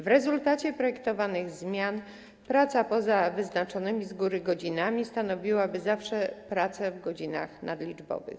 W rezultacie projektowanych zmian praca poza wyznaczonymi z góry godzinami stanowiłaby zawsze pracę w godzinach nadliczbowych.